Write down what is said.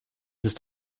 ist